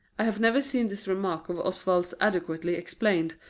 i have never seen this remark of oswald's adequately explained,